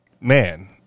man